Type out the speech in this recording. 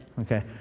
Okay